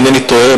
אם אינני טועה,